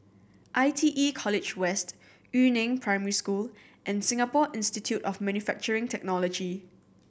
I T E College West Yu Neng Primary School and Singapore Institute of Manufacturing Technology